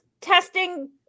testing